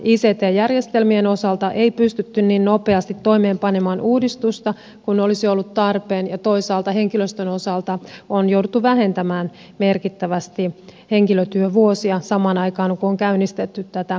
ict järjestelmien osalta ei pystytty niin nopeasti toimeenpanemaan uudistusta kuin olisi ollut tarpeen ja toisaalta henkilöstön osalta on jouduttu vähentämään merkittävästi henkilötyövuosia samaan aikaan kun on käynnistetty tätä toimintaa